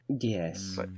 Yes